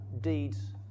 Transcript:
deeds